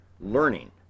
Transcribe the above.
learning